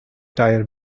tire